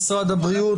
למשרד הבריאות,